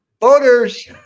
voters